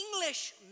English